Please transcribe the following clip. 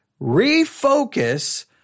refocus